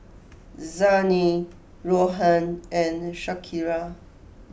Zhane Rohan and Shakira